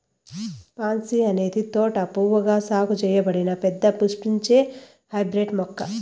pansy అనేది తోట పువ్వుగా సాగు చేయబడిన పెద్ద పుష్పించే హైబ్రిడ్ మొక్క